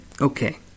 Okay